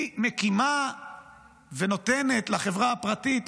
היא מקימה ונותנת לחברה הפרטית,